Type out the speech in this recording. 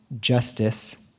justice